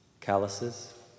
Calluses